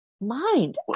Mind